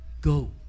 Go